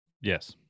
Yes